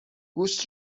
گوشت